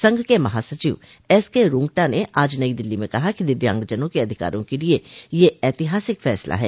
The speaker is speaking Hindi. संघ के महासचिव एस के रूंग्टा ने आज नई दिल्ली में कहा कि दिव्यांगजनों के अधिकारों के लिए यह ऐतिहासिक फैसला है